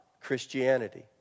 Christianity